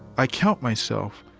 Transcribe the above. i count myself,